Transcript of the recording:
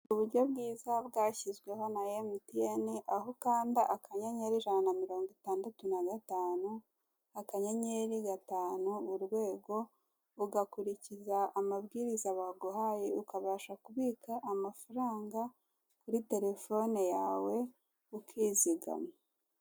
Uburyo bwiza bwashyizweho na emutiyene aho ukanda akanyenyeri ijana na mirongo itandatu na gatanu akanyenyeri gatanu urwego, ugakurikiza amabwiriza baguhaye ukabasha kubika amafaranga kuri terefone yawe ukizigama.